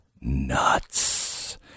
nuts